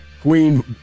queen